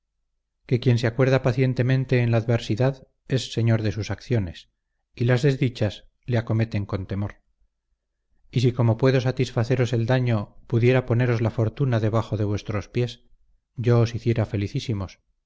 que quien se acuerda pacientemente en la adversidad es señor de sus acciones y las desdichas le acometen con temor y si como puedo satisfaceros el daño pudiera poneros la fortuna debajo de vuestros pies yo os hiciera felicísimos